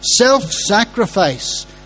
self-sacrifice